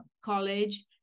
college